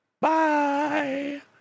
Bye